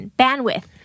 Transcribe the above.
bandwidth